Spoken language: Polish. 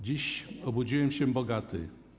Dziś obudziłem się bogaty.